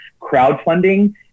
crowdfunding